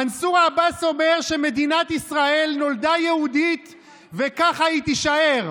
מנסור עבאס אומר שמדינת ישראל נולדה יהודית וככה היא תישאר.